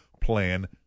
Plan